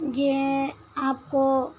यह आपको